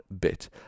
bit